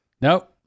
Nope